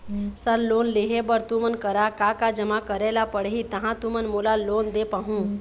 Sir loan लेहे बर तुमन करा का का जमा करें ला पड़ही तहाँ तुमन मोला लोन दे पाहुं?